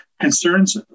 concerns